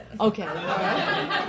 Okay